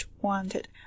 wanted